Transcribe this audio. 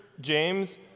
James